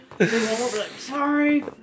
Sorry